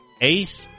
Ace